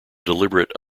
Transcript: deliberate